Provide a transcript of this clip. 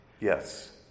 Yes